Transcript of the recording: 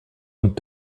und